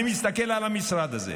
אני מסתכל על המשרד הזה,